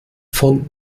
von